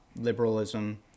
liberalism